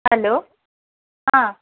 hello हां